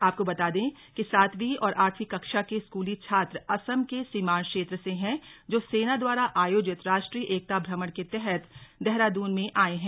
आपको बता दें कि सातवीं और आठवीं कक्षा के स्कूली छात्र असम के सीमान्त क्षेत्र से हैं जो सेना द्वारा आयोजित राष्ट्रीय एकता भ्रमण के तहत देहरादून में आए हैं